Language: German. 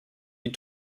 die